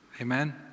Amen